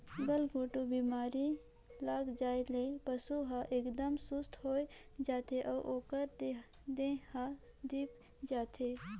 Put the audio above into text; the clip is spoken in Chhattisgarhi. गलघोंटू बेमारी लग जाये ले पसु हर एकदम सुस्त होय जाथे अउ ओकर देह हर धीप जाथे